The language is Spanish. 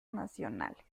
nacionales